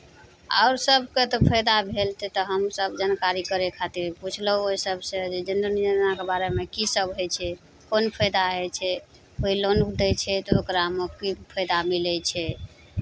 आओर सभकेँ तऽ फाइदा भेल हेतै तऽ हमसभ जानकारी करय खातिर पुछलहुँ ओहि सभसँ जे जनधन योजनाके बारेमे कीसभ होइ छै कोन फाइदा होइ छै कोइ लोन उठै छै तऽ ओकरामे की फाइदा मिलै छै